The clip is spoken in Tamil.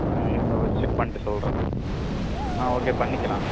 ஆ இருங்க ஒன்ஸ் செக் பண்ணிட்டு சொல்கிறேன் ஆ ஓகே பண்ணிக்கலாம்